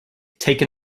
take